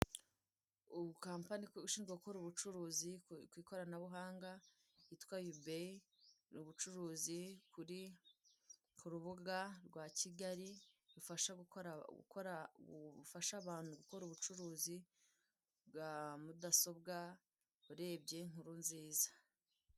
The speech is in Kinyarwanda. Ubu Kampani ishinzwe gukora ubucuruzi ku ikoranabuhanga bwitwa ibeyi. Ni ubucuruzi buri ku rubuga rwa Kigali rufasha gukora gukora rufasha abantu gukora ubucuruzi bwa mudasobwa urebye n'inkuru nziza.